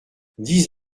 dix